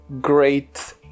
great